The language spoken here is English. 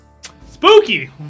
Spooky